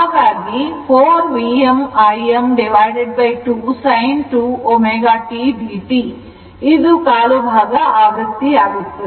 ಹಾಗಾಗಿ 4 Vm Im2 sin 2 ω t dt ಇದು ಕಾಲು ಭಾಗ ಆವೃತ್ತಿ ಯಾಗುತ್ತದೆ